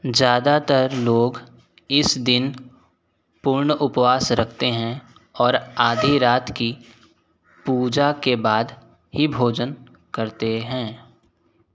ज़्यादातर लोग इस दिन पूर्ण उपवास रखते हैं और आधी रात की पूजा के बाद ही भोजन करते हैं